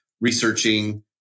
researching